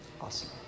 Awesome